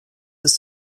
ist